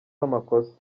amakosa